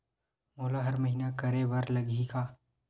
मोला हर महीना करे बर लगही का?